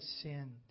sinned